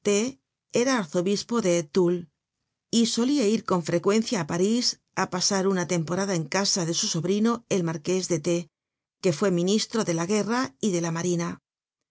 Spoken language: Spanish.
era arzobispo detoul y solia ir con frecuencia á parís á pasar una temporada en casa de su sobrino el marqués de x que fue ministro de la guerra y de la marina